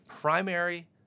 primary